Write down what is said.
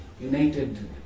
United